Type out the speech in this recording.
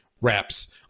reps